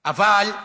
אבל,